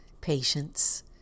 patience